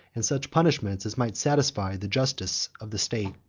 and such punishment as might satisfy the justice of the state.